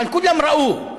אבל כולם ראו.